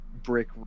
brick